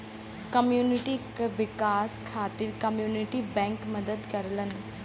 community क विकास खातिर कम्युनिटी बैंक मदद करलन